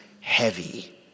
heavy